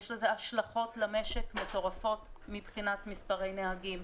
יש לזה השלכות מטורפות על המשק מבחינת מספרי נהגים,